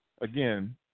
again –